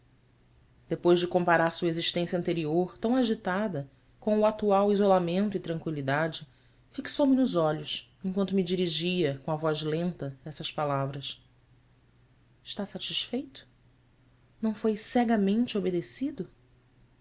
depois de comparar sua existência anterior tão agitada com o atual isolamento e tranqüilidade fixou me nos olhos enquanto me dirigia com a voz lenta estas palavras stá satisfeito não foi cegamente obedecido